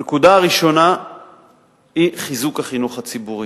הנקודה הראשונה היא חיזוק החינוך הציבורי.